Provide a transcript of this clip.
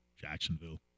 Jacksonville